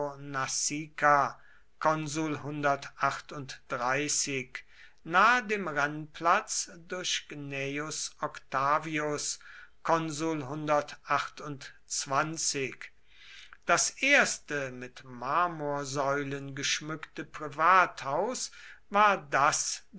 nasica nahe dem rennplatz durch gnaeus octavius das erste mit marmorsäulen geschmückte privathaus war das